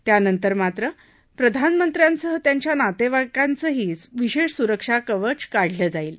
त्यानंतर मात्र प्रधानमंत्र्यांसह त्यांच्या नातृत्तीईकांचंही विशष्ट सुरक्षा कवच काढलं जाईल